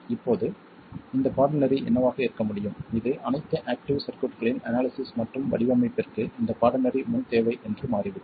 இப்போது இந்த பாடநெறி என்னவாக இருக்க முடியும் இது அனைத்து ஆக்டிவ் சர்க்யூட்ஸ்களின் அனாலிசிஸ் மற்றும் வடிவமைப்பிற்கு இந்த பாடநெறி முன் தேவை என்று மாறிவிடும்